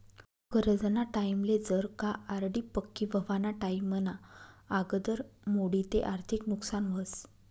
गरजना टाईमले जर का आर.डी पक्की व्हवाना टाईमना आगदर मोडी ते आर्थिक नुकसान व्हस